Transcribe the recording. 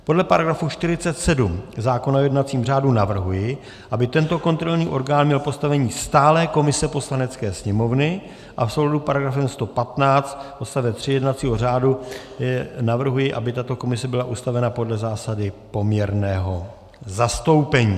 Podle § 47 zákona o jednacím řádu navrhuji, aby tento kontrolní orgán měl postavení stálé komise Poslanecké sněmovny, a v souladu s § 115 odst. 3 jednacího řádu navrhuji, aby tato komise byla ustavena podle zásady poměrného zastoupení.